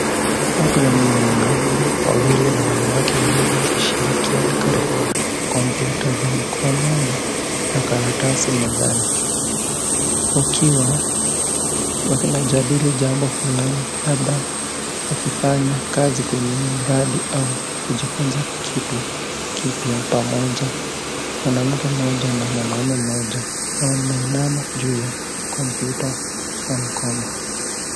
Watu wanne; wanaume wawili na wanawake wawili wakishirikiana karibu na kompyuta za mkononi na karatasi mezani, wakiwa wanajadili jambo fulani labda wakifanya kazi kwenye mradi au kujifunza kitu kipya pamoja. Mwanamke mmoja na mwanamume mmoja wanainama juu ya kompyuta ya mkono.